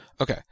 Okay